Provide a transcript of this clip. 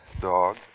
Dog